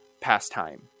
pastime